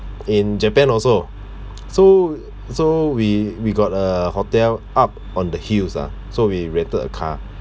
in japan also so so we we got a hotel up on the hills ah so we rented a car